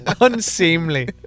unseemly